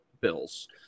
Bills